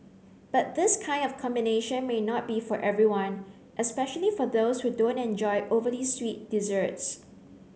but this kind of combination may not be for everyone especially for those who don't enjoy overly sweet desserts